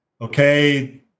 okay